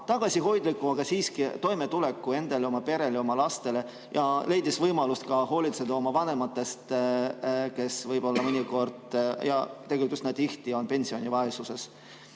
tagasihoidliku, aga siiski toimetuleku endale, oma perele ja oma lastele ning leidis võimaluse ka hoolitseda oma vanemate eest, kes võib-olla mõnikord – ja tegelikult üsna tihti – on pensionivaesuses.